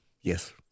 Yes